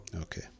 Okay